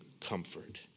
comfort